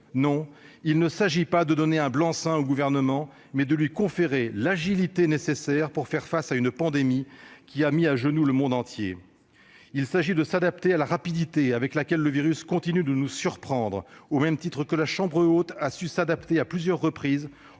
Il s'agit non pas de donner un blanc-seing au Gouvernement, mais de lui conférer l'agilité nécessaire pour faire face à une pandémie qui a mis le monde entier à genoux. Il s'agit de s'adapter à la rapidité avec laquelle le virus continue de nous surprendre, au même titre que la Chambre Haute a su s'adapter à plusieurs reprises,